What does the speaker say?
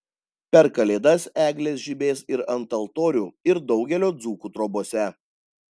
per kalėdas eglės žibės ir ant altorių ir daugelio dzūkų trobose